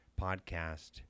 podcast